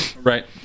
right